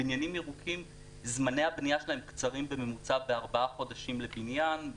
בניינים ירוקים זמני הבנייה שלהם קצרים בממוצע בארבעה חודשים לבניין.